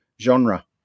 genre